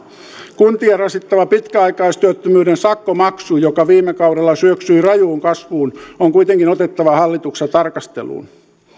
kuntia rasittava pitkäaikaistyöttömyyden sakkomaksu joka viime kaudella syöksyi rajuun kasvuun on kuitenkin otettava hallituksessa tarkasteluun